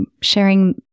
sharing